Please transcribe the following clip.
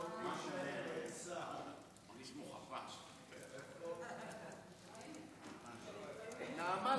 נעמה,